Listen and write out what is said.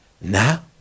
Now